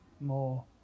more